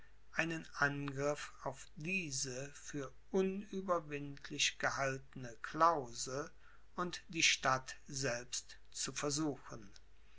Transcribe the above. einen angriff auf diese für unüberwindlich gehaltene klause und die stadt selbst zu versuchen